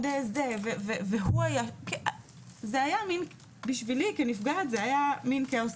מאוד - בשבילי כנפגעת זה היה מין כאוס,